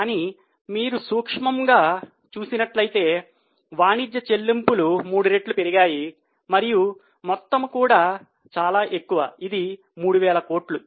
కానీ మీరు సూక్ష్మముగా చూసినట్లయితే వాణిజ్య చెల్లింపులు మూడు రెట్లు పెరిగాయి మరియు మొత్తము కూడా చాలా ఎక్కువ ఇది 3000 కోట్లు